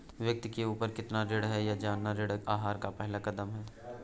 व्यक्ति के ऊपर कितना ऋण है यह जानना ऋण आहार का पहला कदम है